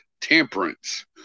temperance